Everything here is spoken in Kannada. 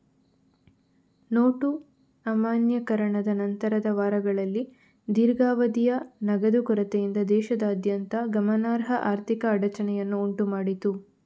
ನೋಟು ಅಮಾನ್ಯೀಕರಣದ ನಂತರದ ವಾರಗಳಲ್ಲಿ ದೀರ್ಘಾವಧಿಯ ನಗದು ಕೊರತೆಯಿಂದ ದೇಶದಾದ್ಯಂತ ಗಮನಾರ್ಹ ಆರ್ಥಿಕ ಅಡಚಣೆಯನ್ನು ಉಂಟು ಮಾಡಿತು